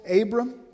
Abram